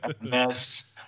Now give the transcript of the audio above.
mess